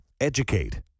Educate